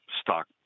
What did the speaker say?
stock